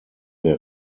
der